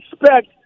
expect